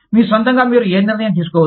మీ స్వంతంగా మీరు ఏ నిర్ణయం తీసుకోవద్దు